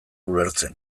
ulertzen